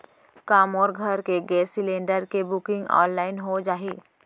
का मोर घर के गैस सिलेंडर के बुकिंग ऑनलाइन हो जाही?